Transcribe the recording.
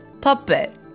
puppet